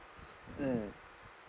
mm